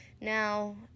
Now